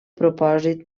propòsit